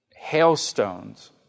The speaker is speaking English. Hailstones